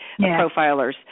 profilers